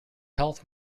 health